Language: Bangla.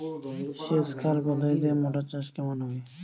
সেচ খাল পদ্ধতিতে মটর চাষ কেমন হবে?